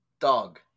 Dog